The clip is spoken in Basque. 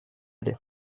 ere